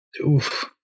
Oof